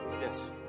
Yes